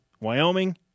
Wyoming